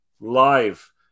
live